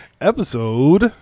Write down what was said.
Episode